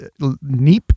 Neep